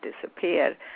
disappear